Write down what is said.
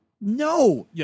no